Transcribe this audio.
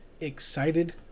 excited